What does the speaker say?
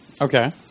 Okay